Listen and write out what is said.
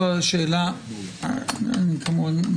כמובן,